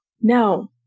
no